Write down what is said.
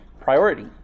priority